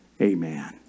amen